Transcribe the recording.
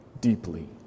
deeply